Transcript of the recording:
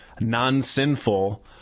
non-sinful